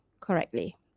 Correctly